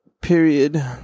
period